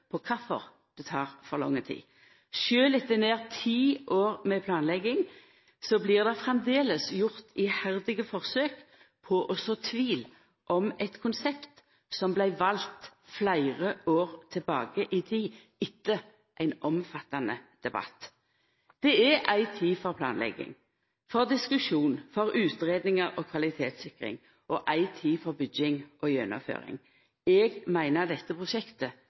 på kvifor det tek for lang tid. Sjølv etter nær ti år med planlegging blir det framleis gjort iherdige forsøk på å så tvil om eit konsept som vart valt fleire år tilbake i tid, etter ein omfattande debatt. Det er ei tid for planlegging – for diskusjon, for utgreiingar og kvalitetetssikring – og ei tid for bygging og gjennomføring. Eg meiner dette prosjektet